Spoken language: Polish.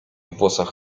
włosach